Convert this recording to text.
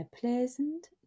pleasant